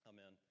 Amen